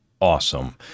Awesome